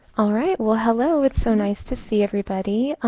all right. well, hello. it's so nice to see everybody.